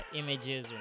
images